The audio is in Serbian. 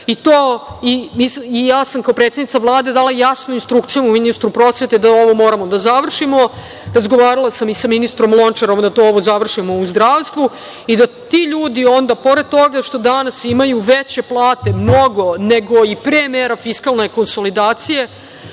Ja sam kao predsednica Vlade jasnu instrukciju ministru prosvete da ovo moramo da završimo. Razgovarala sam i sa ministrom Lončarom da ovo završimo u zdravstvu i da ti ljudi onda pored toga što danas imaju veće plate, mnogo nego i pre mera fiskalne konsolidacije,